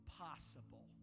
possible